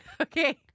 okay